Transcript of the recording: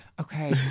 Okay